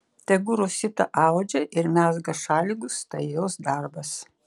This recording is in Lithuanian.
tegu rosita audžia ir mezga šalikus tai jos darbas